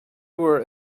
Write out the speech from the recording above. were